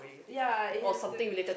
ya it has to